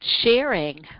sharing